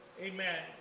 Amen